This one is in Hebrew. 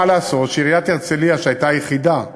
מה לעשות שעיריית הרצלייה, שהייתה היחידה שהגישה,